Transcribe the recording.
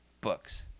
books